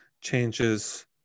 changes